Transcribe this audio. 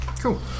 Cool